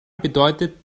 bedeutet